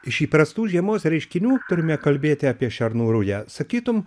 iš įprastų žiemos reiškinių turime kalbėti apie šernų rują sakytum